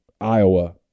Iowa